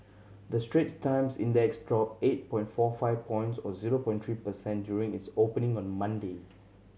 the Straits Times Index dropped eight point four five points or zero point three per cent during its opening on Monday